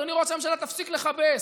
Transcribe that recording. אדוני ראש הממשלה, תפסיק לכבס.